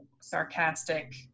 sarcastic